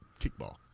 Kickball